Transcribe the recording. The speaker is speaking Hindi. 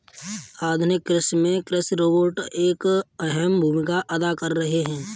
आधुनिक कृषि में कृषि रोबोट एक अहम भूमिका अदा कर रहे हैं